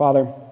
Father